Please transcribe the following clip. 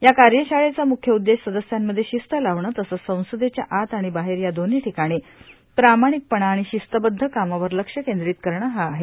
या कार्यशाळेचा मुख्य उददेश सदस्यांमध्ये शिस्त लावणे तसंच संसदेच्या आत आणि बाहेर या दोन्ही ठिकाणी प्रामाणिक पणा आणि शिस्तबदध कामावर लक्ष केंद्रीत करणे हा आहे